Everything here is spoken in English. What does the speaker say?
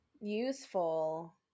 Useful